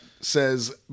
Says